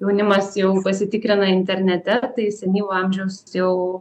jaunimas jau pasitikrina internete tai senyvo amžiaus jau